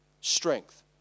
strength